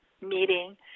meeting